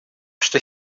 что